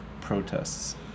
protests